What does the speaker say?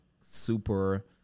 super